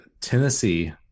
Tennessee